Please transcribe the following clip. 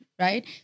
right